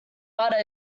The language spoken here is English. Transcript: butter